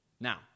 Now